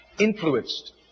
influenced